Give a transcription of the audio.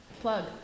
plug